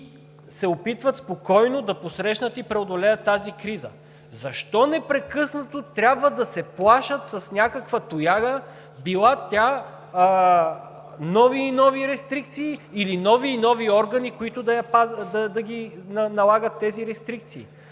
се опитват спокойно да посрещнат и преодолеят тази криза – защо непрекъснато трябва да се плашат с някаква тояга – била тя нови и нови рестрикции, или нови и нови органи, които да налагат тези рестрикции!